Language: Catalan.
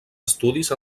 estudis